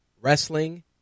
wrestling